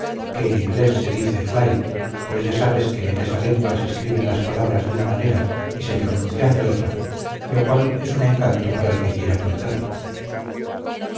que en inglés se dice flai pues ya sabes que en esa lengua se escriben las palabras de una manera y se pronuncian de otra lo cual es un encanto para el que quiere aprenderla